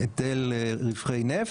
היטל רווחי נפט,